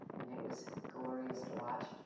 and it was glorious to watch.